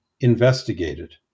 investigated